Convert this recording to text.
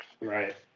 Right